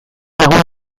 lagun